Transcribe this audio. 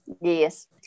Yes